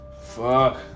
Fuck